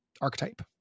archetype